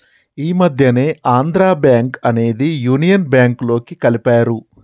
ఈ మధ్యనే ఆంధ్రా బ్యేంకు అనేది యునియన్ బ్యేంకులోకి కలిపారు